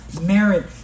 merit